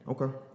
Okay